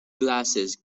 glasses